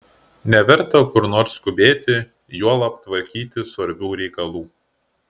neverta kur nors skubėti juolab tvarkyti svarbių reikalų